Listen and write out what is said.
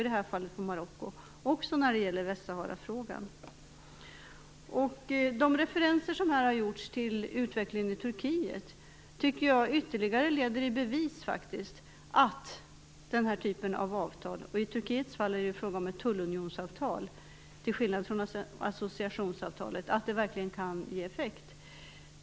Det gäller även Marocko, också i fråga om De referenser som här har gjorts till utvecklingen i Turkiet tycker jag ytterligare faktiskt leder i bevis att den här typen av avtal - i Turkiets fall är det ju fråga om ett tullunionsavtal, inte om ett associationsavtal - verkligen kan ge effekt.